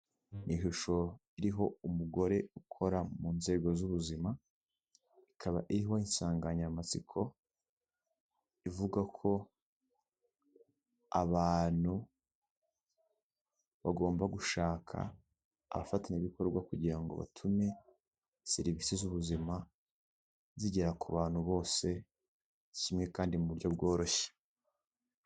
Ishusho iriho umugore ukora mu nzego z'ubuzima ikaba iriho insanganyamatsiko ivuga ko, abantu bagomba gushaka abafatanyabikorwa kugira ngo batume serivisi z'ubuzima zigera ku bantu bose kimwe kandi mu buryo bworoshye.